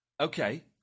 Okay